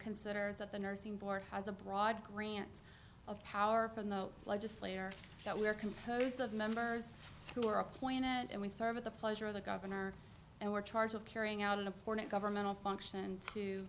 considers that the nursing board has a broad grant of power from the legislator that we are composed of members who are appointed and we serve at the pleasure of the governor and were charge of carrying out an important governmental function to